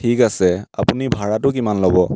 ঠিক আছে আপুনি ভাড়াটো কিমান ল'ব